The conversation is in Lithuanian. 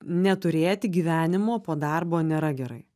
neturėti gyvenimo po darbo nėra gerai